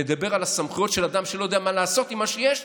נדבר על הסמכות של אדם שלא יודע מה לעשות עם מה שיש לו.